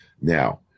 now